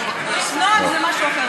נוהג זה משהו אחר,